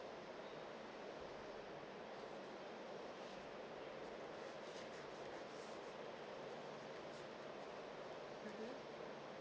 mmhmm